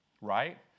right